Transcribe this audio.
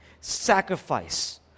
sacrifice